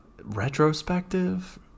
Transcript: retrospective